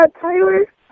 Tyler